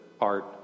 art